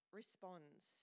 responds